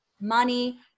money